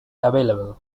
available